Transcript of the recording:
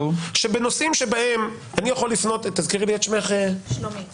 שבנושאים שבהם אני יכול לפנות תזכירי לי את שמך ואת